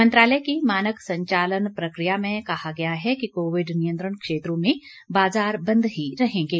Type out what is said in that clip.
मंत्रालय की मानक संचालक प्रक्रिया में कहा गया है कि कोविड नियंत्रण क्षेत्रों में बाजार बंद ही रहेंगे